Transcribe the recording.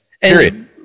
Period